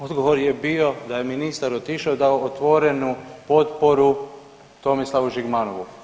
Odgovor je bio da je ministar otišao i dao otvorenu potporu Tomislavu Žigmanovu.